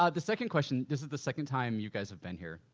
ah the second question. this is the second time you guys have been here,